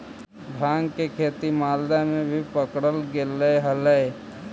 भाँग के खेती मालदा में भी पकडल गेले हलई